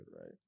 right